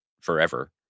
forever